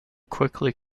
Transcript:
quickly